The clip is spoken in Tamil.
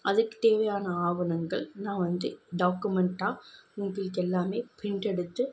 அதுக்கு தேவையான ஆவணங்கள் நான் வந்து டாக்குமெண்ட்டாக உங்களுக்கு எல்லாமே ப்ரிண்ட் எடுத்து